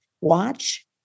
watch